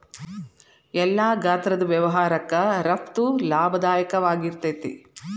ಎಲ್ಲಾ ಗಾತ್ರದ್ ವ್ಯವಹಾರಕ್ಕ ರಫ್ತು ಲಾಭದಾಯಕವಾಗಿರ್ತೇತಿ